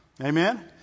Amen